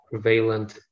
prevalent